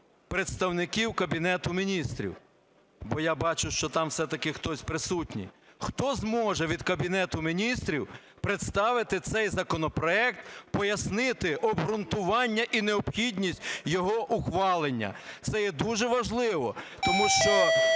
представників Кабінету Міністрів. Бо я бачу, що там все-таки хтось присутній. Хто зможе від Кабінету Міністрів представити цей законопроект? Пояснити обґрунтування і необхідність його ухвалення? Це є дуже важливо. Тому що